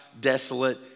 desolate